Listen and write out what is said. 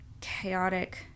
chaotic